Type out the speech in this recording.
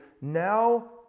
now